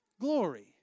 glory